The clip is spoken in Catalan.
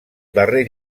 darrer